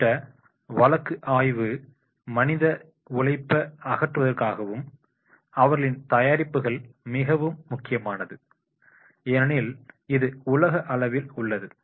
குறிப்பிட்ட வழக்கு ஆய்வு மனித உழைப்ப அகற்றுவதற்காகவும் அவர்களின் தயாரிப்புகள் மிகவும் முக்கியமானது ஏனெனில் இது உலக அளவில் உள்ளது